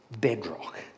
bedrock